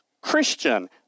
Christian